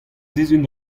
sizhun